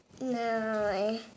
No